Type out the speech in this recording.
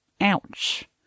Ouch